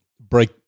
break